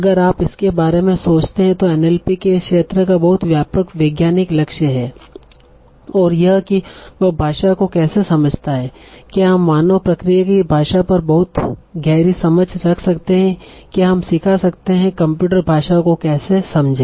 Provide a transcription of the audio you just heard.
अगर आप इसके बारे में सोचते हैं तो एनएलपी के इस क्षेत्र का बहुत व्यापक वैज्ञानिक लक्ष्य है और यह कि वह भाषा को कैसे समझता है क्या हम मानव प्रक्रिया की भाषा पर बहुत गहरी समझ रख सकते हैं क्या हम सिखा सकते हैं कंप्यूटर भाषा को कैसे समझें